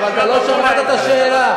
אבל אתה לא שמעת את השאלה.